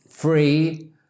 Free